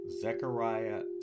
Zechariah